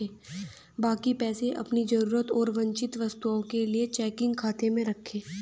बाकी पैसे अपनी जरूरत और वांछित वस्तुओं के लिए चेकिंग खाते में रखें